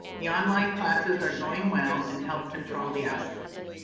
the online classes are going well and help control the outbreaks.